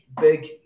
big